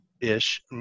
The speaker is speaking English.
ish